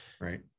Right